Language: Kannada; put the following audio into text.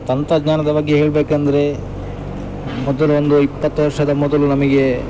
ತಂತ್ರಜ್ಞಾನದ ಬಗ್ಗೆ ಹೇಳ್ಬೇಕಂದರೆ ಮೊದಲು ಒಂದು ಇಪ್ಪತ್ತು ವರ್ಷದ ಮೊದಲು ನಮಗೆ